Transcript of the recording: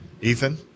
Ethan